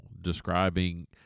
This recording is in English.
describing